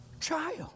child